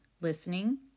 listening